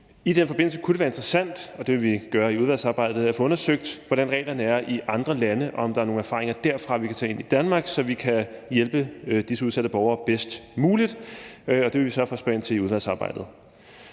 I den forbindelse kunne det være interessant at få undersøgt – og det vil vi gøre i udvalgsarbejdet – hvordan reglerne er i andre lande, om der er nogle erfaringer derfra, vi kan tage ind i Danmark, så vi kan hjælpe disse udsatte borgere bedst muligt. Det vil vi sørge for at spørge ind til i udvalgsarbejdet.